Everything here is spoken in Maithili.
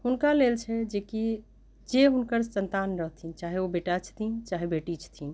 हुनका लेल छै जेकि जे हुनकर सन्तान रहथिन चाहे ओ बेटा छथिन चाहे बेटी छथिन